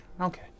Okay